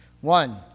One